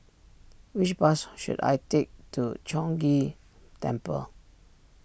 which bus should I take to Chong Ghee Temple